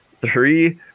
Three